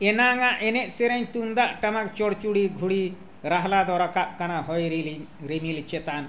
ᱮᱱᱟᱝᱟᱜ ᱮᱱᱮᱡ ᱥᱮᱨᱮᱧ ᱛᱩᱢᱫᱟᱜ ᱴᱟᱢᱟᱠ ᱪᱚᱲᱪᱚᱲᱤ ᱜᱷᱩᱲᱤ ᱨᱟᱦᱞᱟ ᱫᱚ ᱨᱟᱠᱟᱵ ᱠᱟᱱᱟ ᱦᱚᱭ ᱨᱤᱞᱤ ᱨᱤᱢᱤᱞ ᱪᱮᱛᱟᱱ